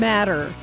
Matter